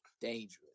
dangerous